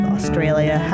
Australia